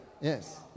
Yes